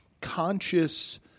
conscious